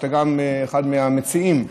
שאתה גם אחד מהמציעים,